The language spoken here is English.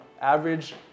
average